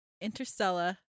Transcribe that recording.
Interstellar